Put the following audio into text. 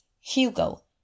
Hugo